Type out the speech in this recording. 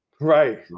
right